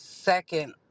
Second